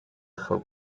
for